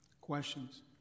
Questions